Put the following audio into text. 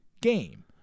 game